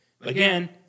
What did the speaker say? Again